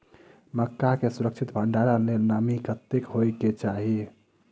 मक्का केँ सुरक्षित भण्डारण लेल नमी कतेक होइ कऽ चाहि?